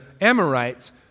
Amorites